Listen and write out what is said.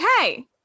okay